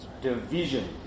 division